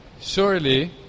surely